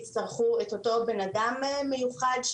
יצטרכו את אותו אדם מיוחד,